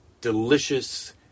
delicious